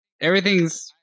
Everything's